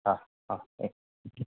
હાં હાં ઓકે